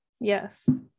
Yes